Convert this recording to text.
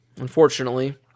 unfortunately